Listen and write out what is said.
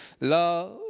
Love